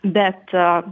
bet a